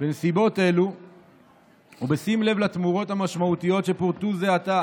בנסיבות אלה ובשים לב לתמורות המשמעותיות שפורטו זה עתה